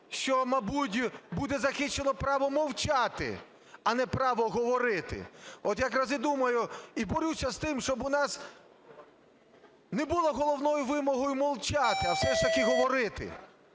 що, мабуть, буде захищено право мовчати, а не право говорити. От якраз і думаю, і борюся з тим, у нас не було головної вимоги мовчати, а все ж таки говорити,